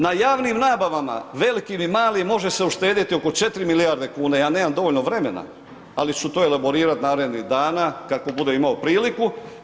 Na javnim nabavama velikim i malim može se uštedjeti oko 4 milijarde kuna, ja nemam dovoljno vremena ali ću to elaborirati narednih dana kako budem imao priliku.